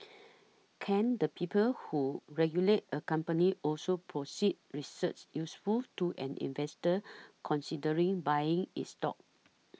can the people who regulate a company also produce research useful to an investor considering buying its stock